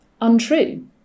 untrue